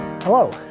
Hello